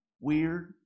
weird